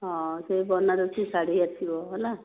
ହଁ ସେହି ବନାରସୀ ଶାଢ଼ୀ ଆସିବ ହେଲା